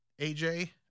AJ